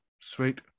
Sweet